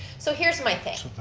so here's my thing.